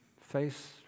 face